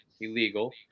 illegal